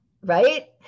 right